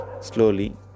slowly